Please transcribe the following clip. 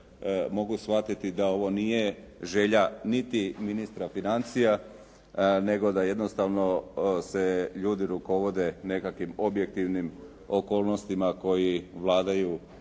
mogu shvatiti da ovo nije želja niti ministra financija, nego jednostavno da ljudi se rukovode nekakvim objektivnim okolnostima koji vladaju